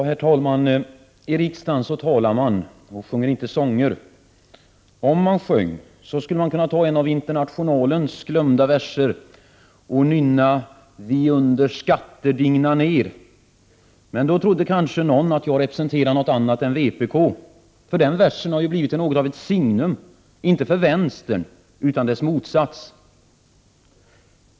Herr talman! I riksdagen talar man, och sjunger inte sånger. Om man sjöng skulle man kunna ta en av Internationalens glömda verser och nynna: Vi under skatter digna ner. Men då trodde kanske någon att jag representerade något annat än vpk, därför att den versen har blivit något av ett signum inte för vänstern, utan för dess motsats.